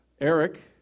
Eric